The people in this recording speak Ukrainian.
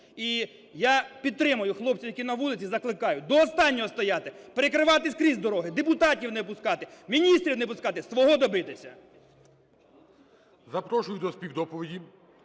І я підтримую хлопців, які на вулиці. Закликаю до останнього стояти, перекривати скрізь дороги, депутатів не пускати, міністрів не пускати – свого добитися. ГОЛОВУЮЧИЙ. Запрошую до співдоповіді